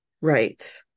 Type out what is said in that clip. right